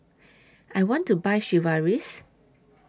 I want to Buy Sigvaris